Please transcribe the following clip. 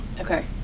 okay